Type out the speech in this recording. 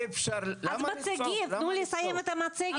אבל הם מציגים, תנו לסיים את המצגת.